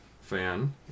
Fan